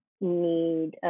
need